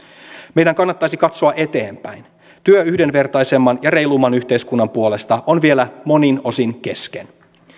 meidän kannattaisi katsoa eteenpäin työ yhdenvertaisemman ja reilumman yhteiskunnan puolesta on vielä monin osin kesken